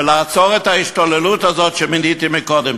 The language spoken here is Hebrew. ולעצור את ההשתוללות הזאת שמניתי קודם.